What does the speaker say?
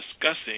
discussing